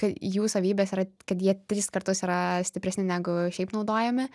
jų savybės yra kad jie tris kartus yra stipresni negu šiaip naudojami